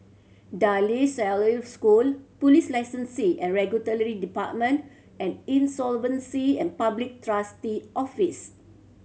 De La Salle School Police Licensing and Regulatory Department and Insolvency and Public Trustee Office